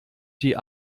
die